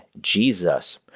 Jesus